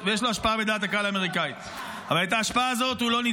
ויש לו השפעה בדעת הקהל האמריקאית,